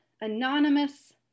anonymous